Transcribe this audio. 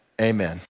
Amen